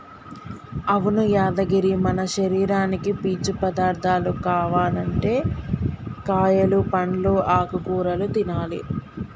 అవును యాదగిరి మన శరీరానికి పీచు పదార్థాలు కావనంటే కాయలు పండ్లు ఆకుకూరలు తినాలి